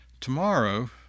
tomorrow